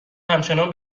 همچنان